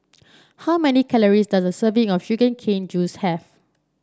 how many calories does a serving of Sugar Cane Juice have